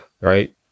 right